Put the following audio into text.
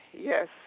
yes